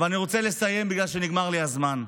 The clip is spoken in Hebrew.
אבל אני רוצה לסיים, בגלל שנגמר לי הזמן.